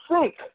sink